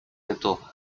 эту